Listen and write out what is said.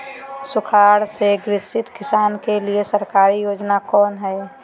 सुखाड़ से ग्रसित किसान के लिए सरकारी योजना कौन हय?